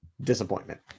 disappointment